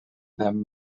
them